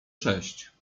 sześć